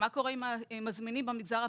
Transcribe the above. מה קורה במגזר הפרטי?